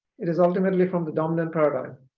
it is ultimately from the dominant paradigm